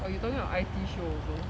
oh you talking about I_T show also